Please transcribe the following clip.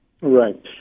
Right